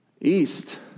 East